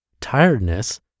Tiredness